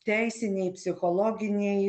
teisinėj psichologinėj